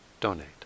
donate